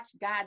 God